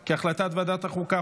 כי החלטת ועדת החוקה,